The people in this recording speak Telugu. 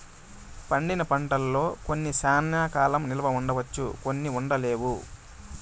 పండిన పంటల్లో కొన్ని శ్యానా కాలం నిల్వ ఉంచవచ్చు కొన్ని ఉండలేవు